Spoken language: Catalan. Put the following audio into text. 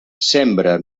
sembra